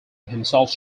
himself